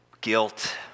guilt